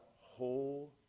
whole